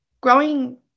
Growing